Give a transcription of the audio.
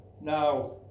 now